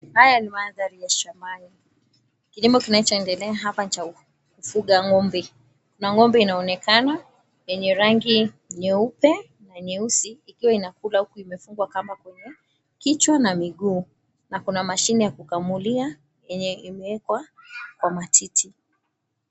Haya ni mandhari ya shambani. Kilimo kinachoendelea hapa ni cha kufuga ng'ombe na ng'ombe inaonekana yenye rangi nyeupe na nyeusi, ikiwa inakula huku imefungwa kamba kwenye kichwa na miguu na kuna mashine ya kukamulia yenye imewekwa kwa matiti.